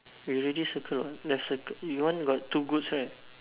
you already circle what that circle your one got two goats right